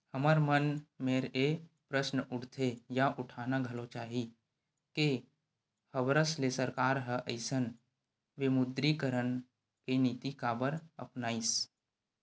हमर मन मेर ये प्रस्न उठथे या उठाना घलो चाही के हबरस ले सरकार ह अइसन विमुद्रीकरन के नीति काबर अपनाइस?